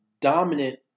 dominant